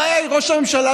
הבעיה היא ראש הממשלה,